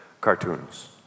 cartoons